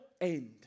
End